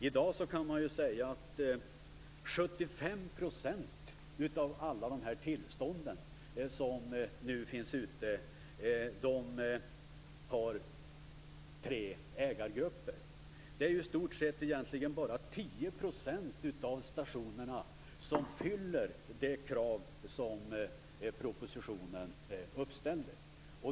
I dag motsvarar 75 % av tillstånden tre ägargrupper. Det är i stort sett bara 10 % av stationerna som uppfyller de krav som propositionen ställde.